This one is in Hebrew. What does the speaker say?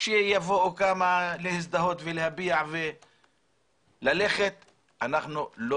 שיבואו כמה להזדהות וללכת אנחנו לא